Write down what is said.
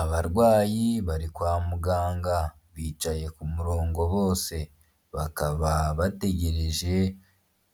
Abarwayi bari kwa muganga, bicaye ku murongo bose, bakaba bategereje